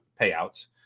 payouts